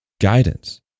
guidance